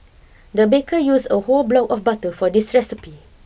the baker use a whole block of butter for this recipe